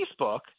Facebook